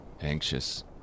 anxious